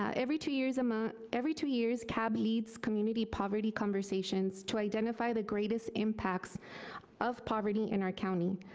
yeah every two years a month, every two years, cab leads community poverty conversations to identify the greatest impacts of poverty in our county.